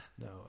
No